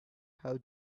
how